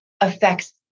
affects